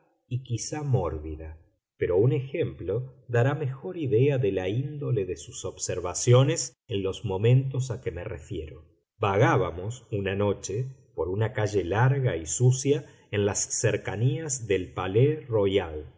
y quizá mórbida pero un ejemplo dará mejor idea de la índole de sus observaciones en los momentos a que me refiero vagábamos una noche por una calle larga y sucia en las cercanías del palais royal